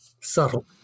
subtle